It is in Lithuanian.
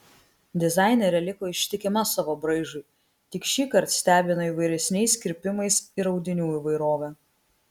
dizainerė liko ištikima savo braižui tik šįkart stebino įvairesniais kirpimais ir audinių įvairove